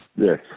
Yes